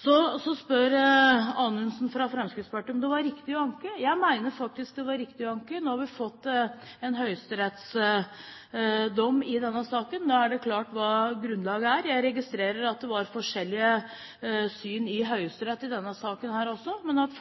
Så spør Anundsen fra Fremskrittspartiet om det var riktig å anke. Jeg mener faktisk at det var riktig å anke. Nå har vi fått en høyesterettsdom i denne saken. Da er det klart hva grunnlaget er. Jeg registrerer at det var forskjellige syn også i Høyesterett i denne saken, men at